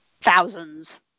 thousands